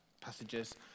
passages